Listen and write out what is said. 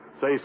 Say